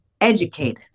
educated